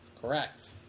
Correct